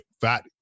fat